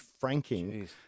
franking